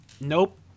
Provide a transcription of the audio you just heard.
Nope